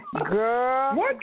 Girl